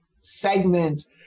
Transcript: segment